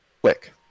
click